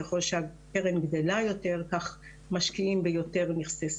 ככל שהקרן גדלה יותר כך משקיעים ביותר נכסי סיכון.